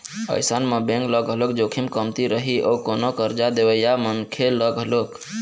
अइसन म बेंक ल घलोक जोखिम कमती रही अउ कोनो करजा देवइया मनखे ल घलोक